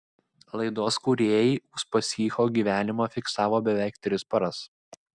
laidos kūrėjai uspaskicho gyvenimą fiksavo beveik tris paras